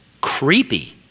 creepy